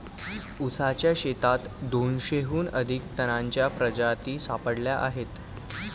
ऊसाच्या शेतात दोनशेहून अधिक तणांच्या प्रजाती सापडल्या आहेत